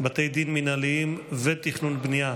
בתי דין מינהליים ותכנון ובנייה),